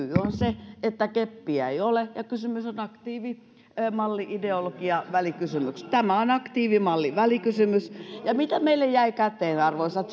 se että keppiä ei ole ja kysymys on aktiivimalli ideologiavälikysymyksestä tämä on aktiivimallivälikysymys ja mitä meille jäi käteen arvoisa